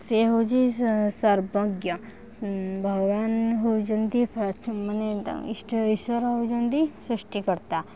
ସେ ହଉଛି ସର୍ବଜ୍ଞ ଭଗବାନ ହଉଛନ୍ତି ପ୍ରଥମେ ମାନେ ଇଷ୍ଟ ଈଶ୍ୱର ହଉଛନ୍ତି ସୃଷ୍ଟି କର୍ତ୍ତା